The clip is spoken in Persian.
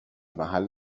محل